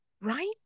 right